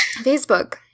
Facebook